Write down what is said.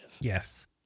Yes